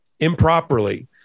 improperly